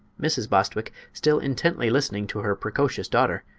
mrs. bostwick, still intently listening to her precocious daughter,